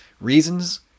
reasons